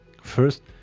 First